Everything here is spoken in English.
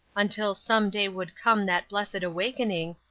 until some day would come that blessed awakening,